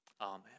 Amen